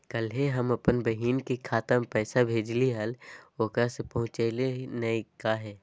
कल्हे हम अपन बहिन के खाता में पैसा भेजलिए हल, ओकरा ही पहुँचलई नई काहे?